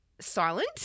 Silent